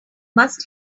must